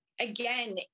again